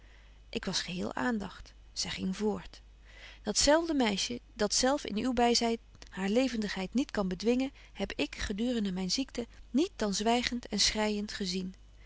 ik was geheel aandagt zy ging voort dat zelfde meisje dat zelf in uw byzyn haar levendigheid niet kan bedwingen heb ik gedurende myne ziekte niet dan zwygent en schreijent gezien